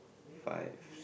five